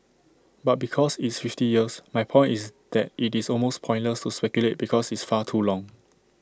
but because it's fifty years my point is that IT is almost pointless to speculate because it's far too long